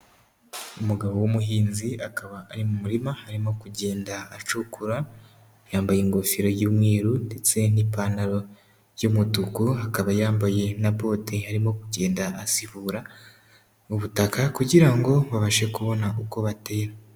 Umugabo w'umuhinzi akaba ari mu murima arimo kugenda acukura, yambaye ingofero y'umweru ndetse n'ipantaro y'umutuku akaba yambaye na bote arimo kugenda asibura ubutaka kugira ngo babashe kubona uko batera.